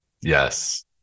Yes